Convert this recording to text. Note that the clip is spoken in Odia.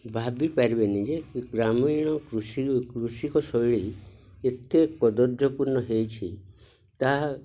ଭାବିପାରିବେନି ଯେ ଗ୍ରାମୀଣ କୃଷି କୃଷିକ ଶୈଳୀ ଏତେ କଦର୍ଯ୍ୟପୂର୍ଣ୍ଣ ହୋଇଛି ତାହା